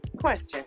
question